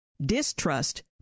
Distrust